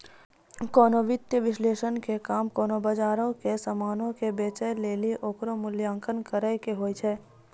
कोनो वित्तीय विश्लेषक के काम कोनो बजारो के समानो के बेचै लेली ओकरो मूल्यांकन करै के होय छै